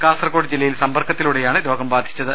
കാസർകോട് ജില്ലയിൽ സമ്പർക്കത്തിലൂടെയാണ് രോഗം ബാധിച്ചത്